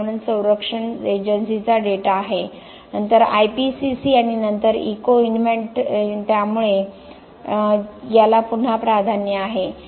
पर्यावरण संरक्षण एजन्सीचा डेटा आहे नंतर IPCC आणि नंतर इकोइन्व्हेन्ट त्यामुळे याला पुन्हा प्राधान्य आहे